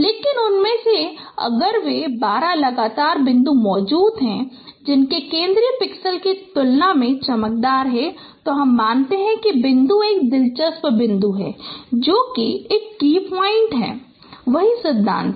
लेकिन उनमें से अगर वे 12 लगातार बिंदु मौजूद हैं जो केंद्रीय पिक्सेल की तुलना में चमकदार हैं तो हम मानते हैं कि बिंदु एक दिलचस्प बिंदु है जो एक की पॉइंट है यही सिद्धांत है